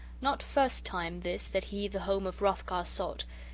not first time, this, that he the home of hrothgar sought,